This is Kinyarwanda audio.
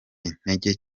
intege